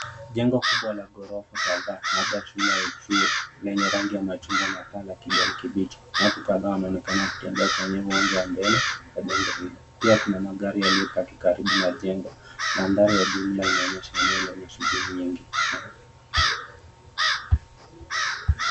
Jengo kubwa la ghorofa kadhaa labda shule au chuo lenye rangi ya machungwa na paa la kijani kibichi. Watu kadhaa wanaonekana wakitembea kwenye uwanja wa mbele wa jengo hilo. Pia kuna magari yaliyopaki karibu na jengo. Mandhari ya jumla yanaonyesha eneo lenye shughuli nyingi.